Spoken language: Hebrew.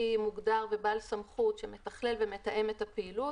מוגדר ובעל סמכות שמתכלל ומתאם את הפעילות.